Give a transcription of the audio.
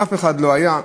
אף אחד לא היה.